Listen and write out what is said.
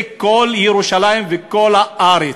זה כל ירושלים וכל הארץ.